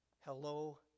Hello